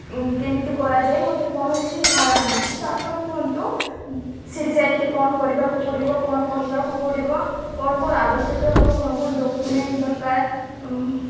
କେମିତି କରାଯାଏ ମୋତେ କୌଣସି ଧାରଣା ନାହିଁ ତ ଆପଣ କୁହନ୍ତୁ ସେଇଠି ଯାଇକି କ'ଣ କରିବାକୁ ପଡ଼ିବ କ'ଣ କହିବାକୁ ପଡ଼ିବ କ'ଣ କ'ଣ ଆବଶ୍ୟକ ହେବ କ'ଣ କ'ଣ ଡକୁମେଣ୍ଟ୍ ଦରକାର